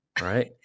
Right